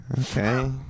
Okay